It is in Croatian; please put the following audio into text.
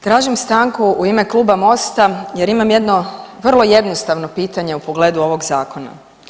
Tražim stanku u ime Kluba MOST-a jer imam jedno vrlo jednostavno pitanje u pogledu ovog zakona.